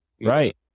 right